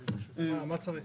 כן בישיבה הקודמת